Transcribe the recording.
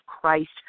Christ